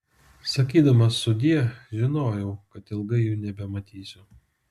sakydamas sudie žinojau kad ilgai jų nebematysiu